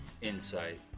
insight